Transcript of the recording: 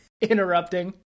interrupting